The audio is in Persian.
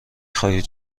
خواهید